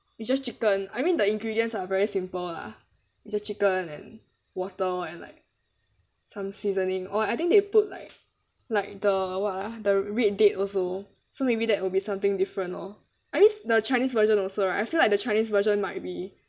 it's just chicken I mean the ingredients are very simple lah just chicken and water and like some seasoning or I think they put like like the [what] ah the red date also so maybe that will be something different lor I mean the chinese version also right I feel like the chinese version might be